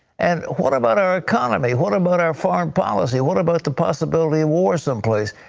and what about our economy, what about our foreign policy what about the possibility of or someplace.